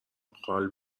قال